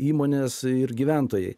įmonės ir gyventojai